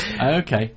okay